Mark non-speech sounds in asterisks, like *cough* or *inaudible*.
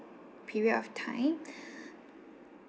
period of time *breath*